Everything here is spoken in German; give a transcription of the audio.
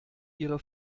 ihre